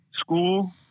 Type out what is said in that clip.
school